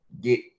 get